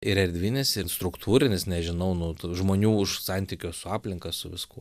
ir erdvinis ir struktūrinis nežinau nu tų žmonių už santykio su aplinka su viskuo